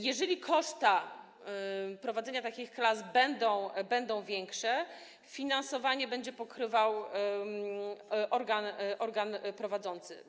Jeżeli koszty prowadzenia takich klas będą większe, finansowanie będzie pokrywał organ prowadzący.